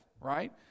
right